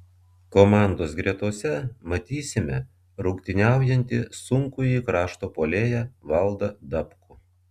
komandos gretose matysime rungtyniaujantį sunkųjį krašto puolėją valdą dabkų